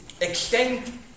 extend